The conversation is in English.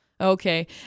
okay